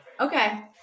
Okay